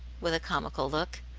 with a comical look.